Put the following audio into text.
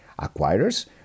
Acquirers